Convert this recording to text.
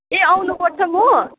ए आउनुपर्छ म